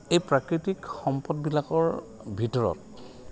এই প্ৰাকৃতিক সম্পদবিলাকৰ ভিতৰত